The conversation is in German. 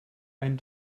ein